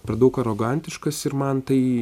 per daug arogantiškas ir man tai